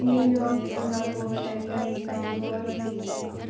new York Singapore London Bangalore Delhi